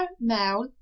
male